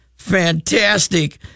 fantastic